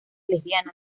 lesbiana